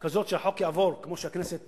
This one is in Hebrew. כזאת שהחוק יעבור, כמו שהכנסת